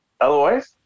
Otherwise